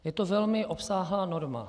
Je to velmi obsáhlá norma.